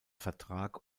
vertrag